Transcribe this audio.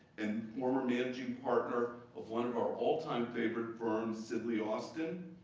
and former managing partner of one of our all-time favorite firms, sidley austin.